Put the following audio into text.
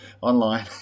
online